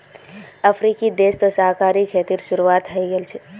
अफ्रीकी देश तो सहकारी खेतीर शुरुआत हइ गेल छ